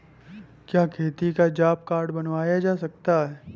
क्या खेती पर जॉब कार्ड बनवाया जा सकता है?